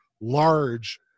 large